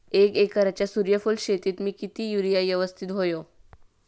एक एकरच्या सूर्यफुल शेतीत मी किती युरिया यवस्तित व्हयो?